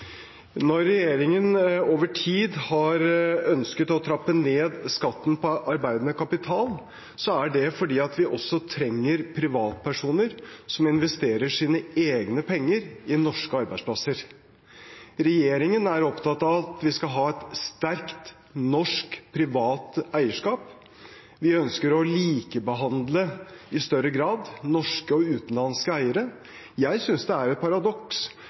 Når regjeringen over tid har ønsket å trappe ned skatten på arbeidende kapital, er det fordi vi også trenger privatpersoner som investerer sine egne penger i norske arbeidsplasser. Regjeringen er opptatt av at vi skal ha et sterkt norsk privat eierskap. Vi ønsker å likebehandle norske og utenlandske eiere i større grad. Jeg synes det er et paradoks